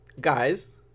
guys